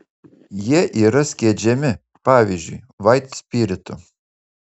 jie yra skiedžiami pavyzdžiui vaitspiritu